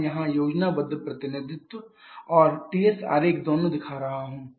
मैं यहां योजनाबद्ध प्रतिनिधित्व और Ts आरेख दोनों दिखा रहा हूं